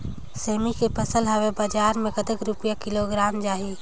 सेमी के फसल हवे बजार मे कतेक रुपिया किलोग्राम जाही?